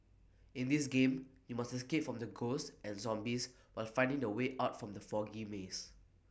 in this game you must escape from the ghosts and zombies while finding the way out from the foggy maze